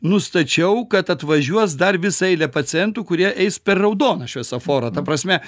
nustačiau kad atvažiuos dar visa eilė pacientų kurie eis per raudoną šviesoforą ta prasme